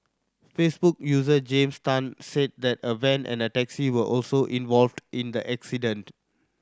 Facebook user James Tan said that a van and a taxi were also involved in the accident